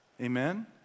Amen